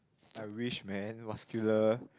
I wish man muscular